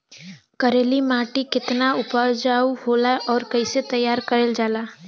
करेली माटी कितना उपजाऊ होला और कैसे तैयार करल जाला?